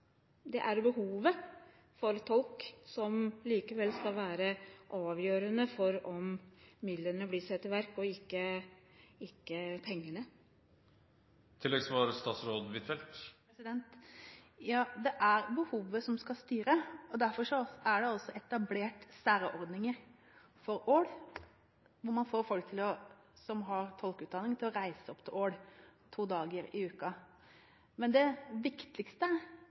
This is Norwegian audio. avgjørende for om midlene blir satt i verk – ikke pengene. Det er behovet som skal styre, og derfor er det også etablert særordninger for Ål for å få folk som har tolkeutdanning til å reise til Ål to dager i uken. Men det viktigste